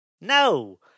no